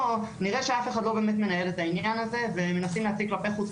נראה שאף אחד לא באמת מנהל את העניין הזה ומנסים להציג כלפי חוץ,